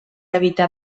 evitar